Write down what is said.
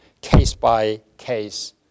case-by-case